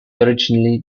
originally